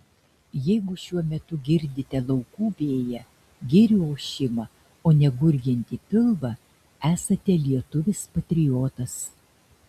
jeigu šiuo metu girdite laukų vėją girių ošimą o ne gurgiantį pilvą esate lietuvis patriotas